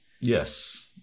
Yes